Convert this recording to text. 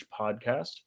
podcast